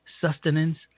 sustenance